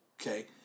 okay